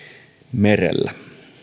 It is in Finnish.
merellä